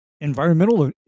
environmental